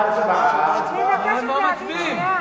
אני מבקשת להגיד, על מה מצביעים?